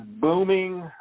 booming